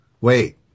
Wait